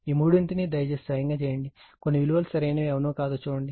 ఈ మూడింటినీ దయచేసి స్వంతంగా చేయండి అన్ని విలువలు సరైనవని అవునో కాదో చూడండి